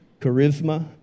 charisma